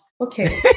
okay